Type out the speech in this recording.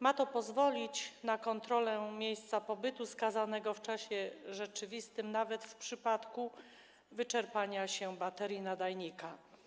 Ma to pozwolić na kontrolę miejsca pobytu skazanego w czasie rzeczywistym, nawet w przypadku wyczerpania się baterii nadajnika.